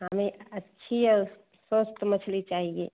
हमें अच्छी और स्वस्थ मछली चाहिए